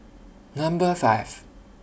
Number five